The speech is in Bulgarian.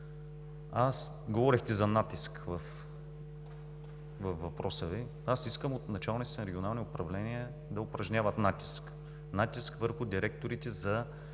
Говорихте за натиск във въпроса Ви. Искам от началниците на регионалните управления да упражняват натиск, натиск върху директорите за